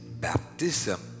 baptism